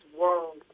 world